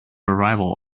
arrival